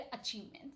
achievements